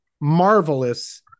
marvelous